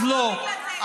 אז לא.